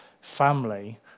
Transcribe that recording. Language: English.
family